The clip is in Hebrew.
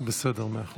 מאה אחוז.